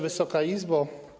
Wysoka Izbo!